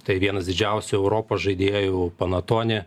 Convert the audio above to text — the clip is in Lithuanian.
tai vienas didžiausių europos žaidėjų panatoni